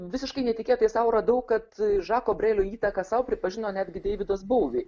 visiškai netikėtai sau radau kad žako brelio įtaką sau pripažino netgi deividas bouvi